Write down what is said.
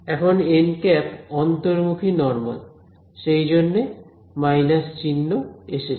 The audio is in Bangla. এখন অন্তর্মুখী নরমাল সেই জন্য মাইনাস চিহ্ন এসেছে